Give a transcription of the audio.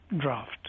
draft